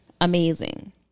Amazing